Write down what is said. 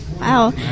Wow